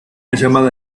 llamada